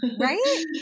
right